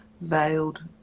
veiled